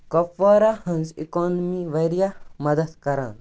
کۄپوارا ۂنز اِکونمی واریاہ مَدد کران